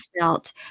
felt